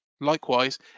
Likewise